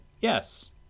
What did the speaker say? Yes